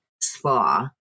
spa